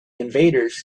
invaders